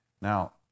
Now